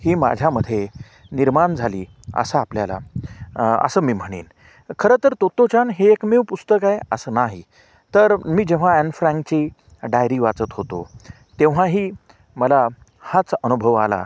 ही माझ्यामते निर्माण झाली असा आपल्याला असं मी म्हणीन खरं तर तोतोचान हे एकमेव पुस्तक आहे असं नाही तर मी जेव्हा ॲन फ्रँकची डायरी वाचत होतो तेव्हाही मला हाच अनुभव आला